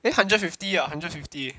eh hundred fifty ah hundred fifty